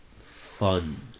fun